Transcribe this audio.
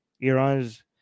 Iran's